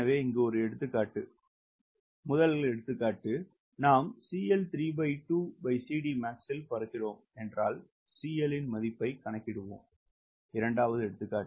எனவே இங்கே எடுத்துக்காட்டு நாம் max இல் பறக்கிறோம் என்றால் CL இன் மதிப்பை கணக்கிடுவோம்